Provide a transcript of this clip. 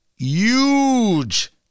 huge